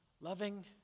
Loving